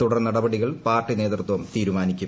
തുടർനടപടികൾ പാർട്ടി നേതൃത്വം തീരുമാനിക്കും